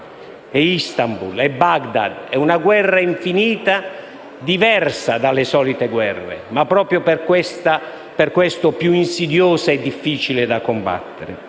è Istanbul, è Bagdad; è una guerra infinita diversa dalle solite guerre, ma proprio per questo più insidiosa e difficile da combattere.